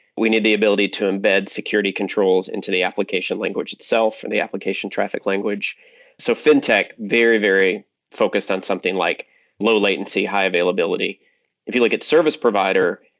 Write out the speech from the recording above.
we need the ability to embed security controls into the application language itself, from and the application traffic language so fintech, very, very focused on something like low-latency, high-availability. if you look at service provider,